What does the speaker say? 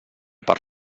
per